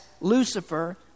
Lucifer